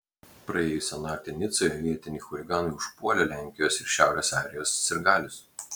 praėjusią naktį nicoje vietiniai chuliganai užpuolė lenkijos ir šiaurės airijos sirgalius